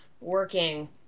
working